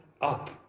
up